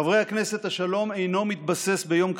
חברי הכנסת, השלום אינו מתבסס ביום כריתתו.